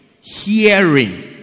Hearing